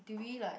did we like